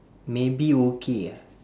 maybe okay ah